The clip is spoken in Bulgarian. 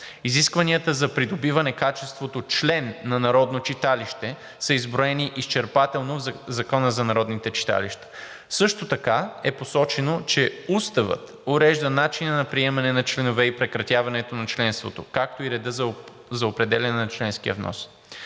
Изискванията за придобиване качеството член на народно читалище са изброени изчерпателно в Закона за народните читалища, а също така е посочено, че Уставът урежда начина на приемане на членове и прекратяване на членството, както и редът за определяне на членския внос.